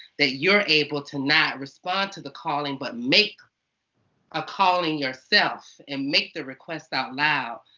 that you're able to not respond to the calling, but make a calling yourself, and make the request out loud,